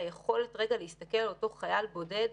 היכולת להסתכל על החיל הבודד